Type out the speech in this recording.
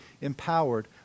empowered